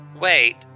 wait